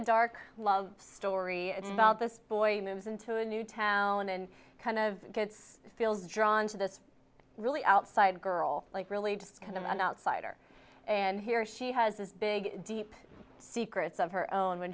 a dark love story it's about this boy moves into a new town and kind of gets feels drawn to this really outside girl like really just kind of an outsider and here she has this big deep secrets of her own when